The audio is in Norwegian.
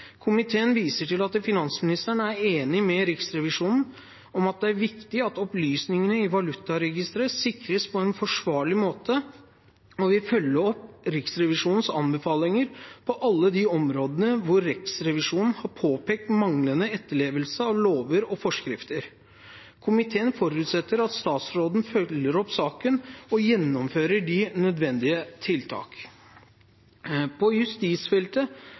Komiteen viser til at finansministeren er enig med Riksrevisjonen i at det er viktig at opplysningene i valutaregisteret sikres på en forsvarlig måte, og vil følge opp Riksrevisjonens anbefalinger på alle de områdene hvor Riksrevisjonen har påpekt manglende etterlevelse av lover og forskrifter. Komiteen forutsetter at statsråden følger opp saken og gjennomfører de nødvendige tiltak. På justisfeltet